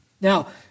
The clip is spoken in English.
Now